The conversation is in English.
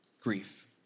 grief